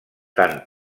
tant